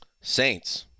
Saints